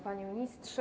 Panie Ministrze!